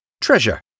treasure